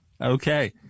Okay